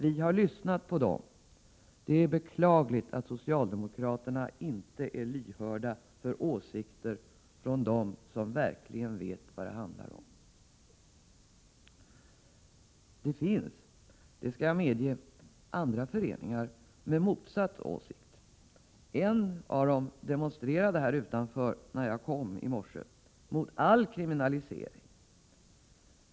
Vi har lyssnat på föreningens medlemmar, och det är beklagligt att socialdemokraterna inte är lyhörda för åsikter från dem som verkligen vet vad det handlar om. Det finns, det skall jag medge, andra föreningar med motsatt åsikt. En förening demonstrerade här utanför riksdagshuset i morse mot all kriminalisering.